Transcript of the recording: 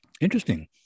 Interesting